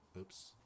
Oops